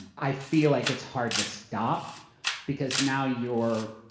i feel like it's hard to stop because now you're.